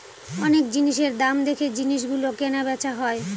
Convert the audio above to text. অনেক জিনিসের দাম দেখে জিনিস গুলো কেনা বেচা হয়